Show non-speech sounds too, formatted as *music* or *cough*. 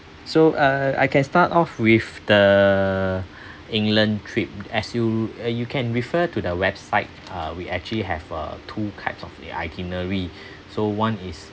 so err I can start off with the *breath* england trip as you uh you can refer to the website uh we actually have err two types of the itinerary *breath* so one is